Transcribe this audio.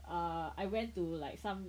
err I went to like some